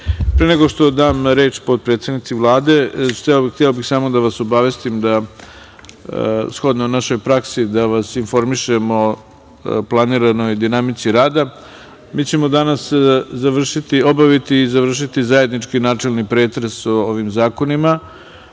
nego što dam reč potpredsednici Vlade, hteo bih samo da vas obavestim da shodno našoj praksi da vas informišemo o planiranoj dinamici rada, mi ćemo danas obaviti i završiti zajednički načelni pretres o ovim zakonima.